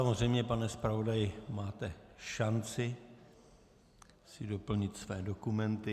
Samozřejmě, pane zpravodaji, máte šanci si doplnit své dokumenty.